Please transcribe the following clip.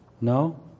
No